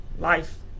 life